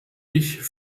ich